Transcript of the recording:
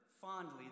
fondly